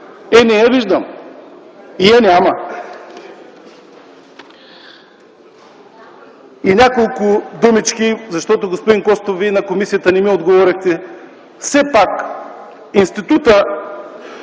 Но не я виждам! Няма я! И няколко думички, защото, господин Костов, Вие на комисията не ми отговорихте: все пак Институтът